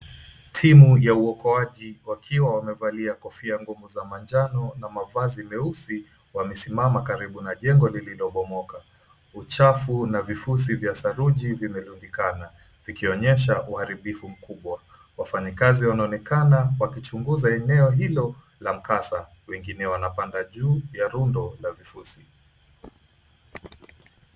Timu ya uokoaji wakiwa wamevalia Kofia ngumu za manjano na mavazi meusi wamesimama karibu na jengo lililobomoka. Uchafu na vifuzi vya saruji vuInaonekana, vikionyesha uharibifu mkubwa. Wafanyikazi wanaonekana wakichunguza eneo hilo la kasa, wengine wanapanda juu ya rundo la vifusi.